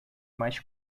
mais